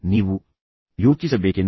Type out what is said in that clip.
ನೀವು ಯಾರನ್ನೂ ದೂಷಿಸಲು ಬಂದವರಲ್ಲ